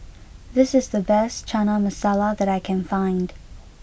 this is the best Chana Masala that I can find